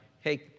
hey